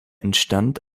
entstand